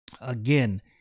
again